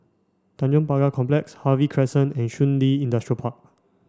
Tanjong Pagar Complex Harvey Crescent and Shun Li Industrial Park